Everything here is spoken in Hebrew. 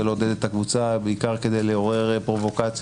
לעודד את הקבוצה אלא בעיקר כדי לעורר פרובוקציות,